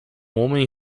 homem